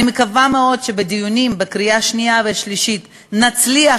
אני מקווה מאוד שבדיונים לקריאה שנייה ושלישית נצליח